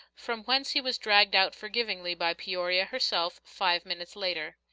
from whence he was dragged out forgivingly by peoria herself, five minutes later.